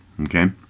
okay